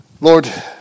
Lord